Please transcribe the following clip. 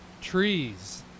trees